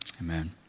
Amen